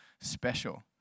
special